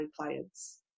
clients